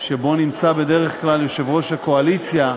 שבו נמצא בדרך כלל יושב-ראש הקואליציה,